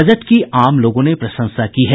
budget की आम लोगों ने प्रशंसा की है